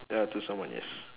ya to someone yes